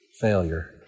failure